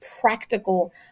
practical